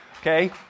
okay